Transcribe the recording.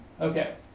Okay